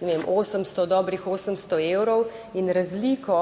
vem, 800, dobrih 800 evrov in razliko